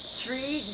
three